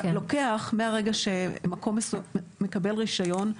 מרגע שמקום מקבל רישיון,